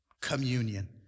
Communion